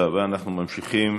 אנחנו ממשיכים.